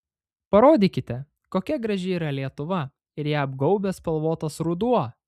parodykite kokia graži yra lietuva ir ją apgaubęs spalvotas ruduo